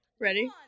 Ready